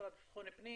המשרד לבטחון פנים,